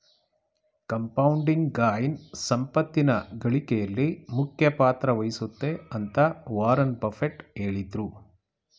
compounding gain ಸಂಪತ್ತಿನ ಗಳಿಕೆಯಲ್ಲಿ ಮುಖ್ಯ ಪಾತ್ರ ವಹಿಸುತ್ತೆ ಅಂತ ವಾರನ್ ಬಫೆಟ್ ಹೇಳಿದ್ರು